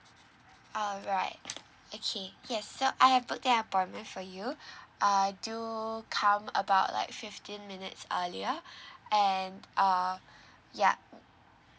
alright okay yes so I have booked the appointment for you uh do come about like fifteen minutes earlier and uh ya